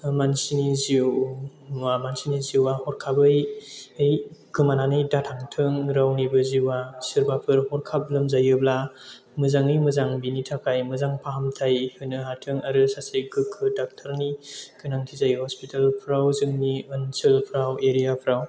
मानसिनि जिउआ हरखाबै गोमानानै दाथांथों रावनिबो जिउआ सोरबाफोर हरखाब लोमजायोब्ला मोजाङै मोजां बिनि थाखाय मोजां फाहामथाय होनो हाथों आरो सासे गोग्गो डक्ट'रनि गोनांथि जायो हस्पिटालफोराव जोंनि ओनसोलफोराव एरियाफोराव